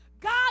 God